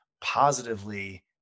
positively